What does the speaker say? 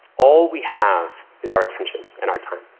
all we have is our attention and our time.